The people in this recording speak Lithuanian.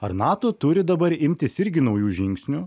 ar nato turi dabar imtis irgi naujų žingsnių